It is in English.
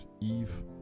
Eve